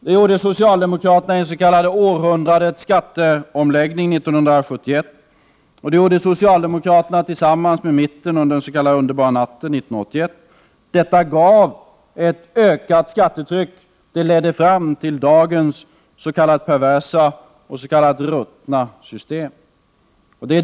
Det gjorde socialdemokraterna i vad man kallar århundradets skattereform 1971. Det gjorde socialdemokraterna tillsammans med mitten i den s.k. underbara natten 1981. Detta gav ett ökat skattetryck, som ledde fram till dagens ”perversa” och ”ruttna” system.